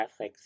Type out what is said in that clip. Netflix